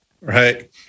right